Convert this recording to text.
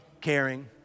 caring